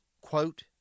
Quote